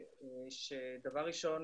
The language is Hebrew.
דבר ראשון,